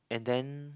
and then